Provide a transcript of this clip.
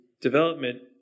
development